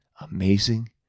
amazing